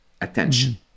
attention